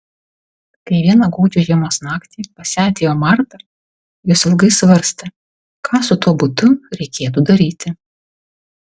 kai vieną gūdžią žiemos naktį pas ją atėjo marta jos ilgai svarstė ką su tuo butu reikėtų daryti